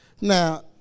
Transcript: Now